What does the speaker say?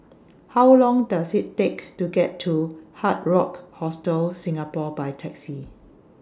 How Long Does IT Take to get to Hard Rock Hostel Singapore By Taxi